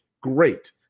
great